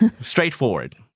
Straightforward